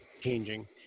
changing